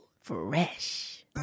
fresh